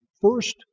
first